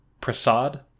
Prasad